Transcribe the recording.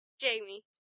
jamie